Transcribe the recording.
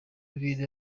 buhinde